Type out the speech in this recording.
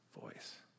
voice